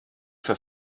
for